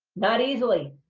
not easily.